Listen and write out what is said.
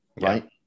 right